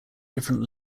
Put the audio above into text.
different